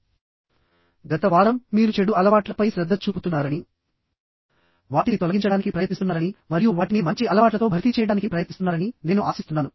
గత వారం మొత్తం అలవాట్లకు సంబంధించినది మరియు మీరు మీ చెడు అలవాట్లపై శ్రద్ధ చూపుతున్నారని వాటిని తొలగించడానికి ప్రయత్నిస్తున్నారని మరియు వాటిని మంచి అలవాట్లతో భర్తీ చేయడానికి ప్రయత్నిస్తున్నారని నేను ఆశిస్తున్నాను